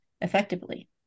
effectively